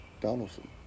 Donaldson